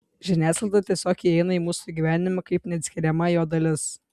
žiniasklaida tiesiog įeina į mūsų gyvenimą kaip neatskiriama jo dalis